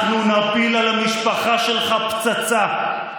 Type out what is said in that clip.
אנחנו נפיל על המשפחה שלך פצצה.